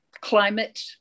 climate